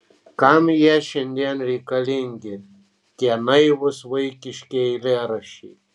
kam jie šiandien reikalingi tie naivūs vaikiški eilėraščiai